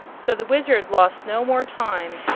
so the wizard lost no more time,